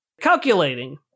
Calculating